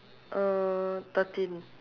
uh thirteen